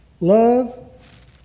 Love